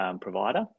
provider